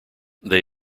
they